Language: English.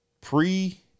pre